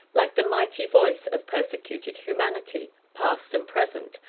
like the mighty voice of persecuted humanity, past and present,